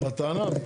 לטענה.